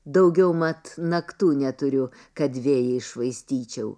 daugiau mat naktų neturiu kad vėjais švaistyčiau